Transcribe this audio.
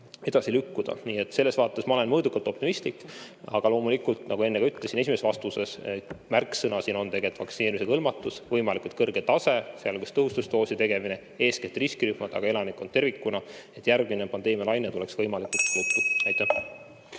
edasi lükkuda. Nii et selles vaates ma olen mõõdukalt optimistlik, aga loomulikult, nagu enne ütlesin esimeses vastuses, märksõna on vaktsineerimisega hõlmatus, võimalikult kõrge tase, sealhulgas tõhustusdoosi tegemine, eeskätt riskirühmad, aga elanikkond tervikuna, et järgmine pandeemialaine tuleks võimalikult valutu. Tänan!